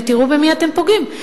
ותראו במי אתם פוגעים.